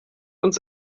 uns